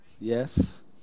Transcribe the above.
Yes